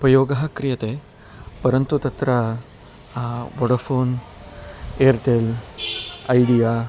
उपयोगः क्रियते परन्तु तत्र वोडोफ़ोन् एर्टेल् ऐडिया